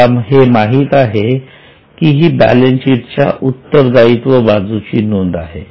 तुम्हाला हे माहीत आहे की ही बॅलन्सशीटच्या उत्तरदायित्व बाजूची नोंद आहे